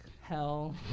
hell